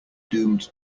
doomed